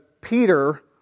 Peter